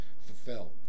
fulfilled